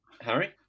Harry